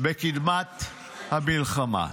בקדמת המלחמה,